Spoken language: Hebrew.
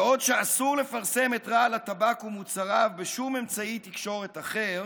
בעוד שאסור לפרסם את רעל הטבק ומוצריו בשום אמצעי תקשורת אחר,